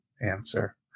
answer